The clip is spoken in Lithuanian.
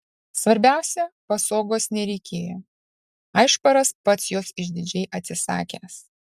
svarbiausia pasogos nereikėjo aišparas pats jos išdidžiai atsisakęs